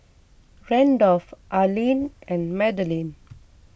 Randolf Arlyne and Madalyn